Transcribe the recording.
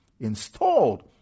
installed